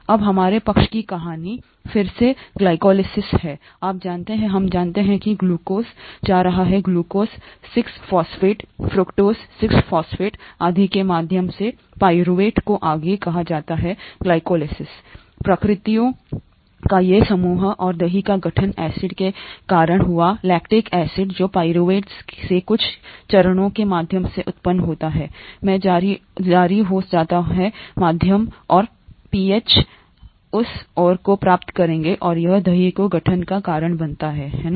अब हमारे पक्ष की कहानी फिर से ग्लाइकोलिसिस है आप जानते हैं हम जानते हैं कि ग्लूकोज जा रहा है ग्लूकोज 6 फॉस्फेट फ्रुक्टोज 6 फॉस्फेट आदि के माध्यम से पाइरूवेट को आगे कहा जाता है ग्लाइकोलाइसिस प्रतिक्रियाओं का ये समूह और दही का गठन एसिड के कारण हुआ लैक्टिक एसिड जो पाइरूवेट से कुछ चरणों के माध्यम से उत्पन्न होता है में जारी हो जाता है मध्यम और पीएच हम हम उस और को प्राप्त करेंगे और यह दही के गठन का कारण बनता है है ना